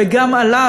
וגם עליו,